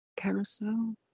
Carousel